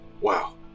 Wow